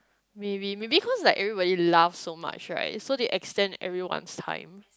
maybe maybe cause like everybody laugh so much right so they extend everyone's time